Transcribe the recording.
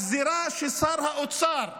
הגזרה ששר האוצר,